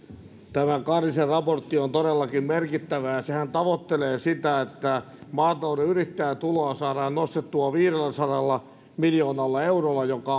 tämä karhisen raportti on todellakin merkittävä sehän tavoittelee sitä että maatalouden yrittäjätuloa saadaan nostettua viidelläsadalla miljoonalla eurolla mikä